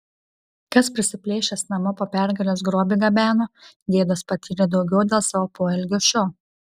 kas prisiplėšęs namo po pergalės grobį gabeno gėdos patyrė daugiau dėl savo poelgio šio